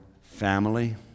family